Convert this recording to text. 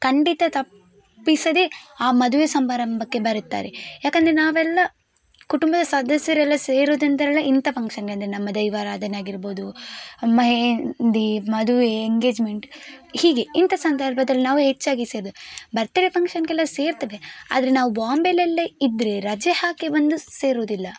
ಖಂಡಿತ ತಪ್ಪಿಸದೆ ಆ ಮದುವೆ ಸಮಾರಂಭಕ್ಕೆ ಬರುತ್ತಾರೆ ಯಾಕೆಂದರೆ ನಾವೆಲ್ಲ ಕುಟುಂಬದ ಸದಸ್ಯರೆಲ್ಲ ಸೇರೋದಂದ್ರೆಲ್ಲ ಇಂಥ ಫಂಕ್ಷನ್ಗೆ ನಮ್ಮ ದೈವಾರಾಧನೆ ಆಗಿರ್ಬೋದು ಮೆಹೆಂದಿ ಮದುವೆ ಎಂಗೇಜ್ಮೆಂಟ್ ಹೀಗೆ ಇಂಥ ಸಂದರ್ಭದಲ್ಲಿ ನಾವು ಹೆಚ್ಚಾಗಿ ಸೇದು ಬರ್ತ್ಡೆ ಫಂಕ್ಷನ್ಗೆಲ್ಲ ಸೇರ್ತೇವೆ ಆದರೆ ನಾವು ಬಾಂಬೆಲೆಲ್ಲ ಇದ್ದರೆ ರಜೆ ಹಾಕಿ ಬಂದು ಸೇರೋದಿಲ್ಲ